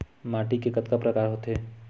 माटी के कतका प्रकार होथे?